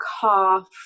cough